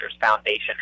Foundation